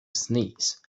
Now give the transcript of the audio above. sneeze